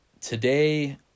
Today